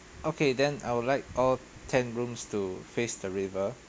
okay then I would like all ten rooms to face the river